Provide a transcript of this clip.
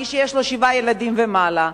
מי שיש לו שבעה ילדים ומעלה,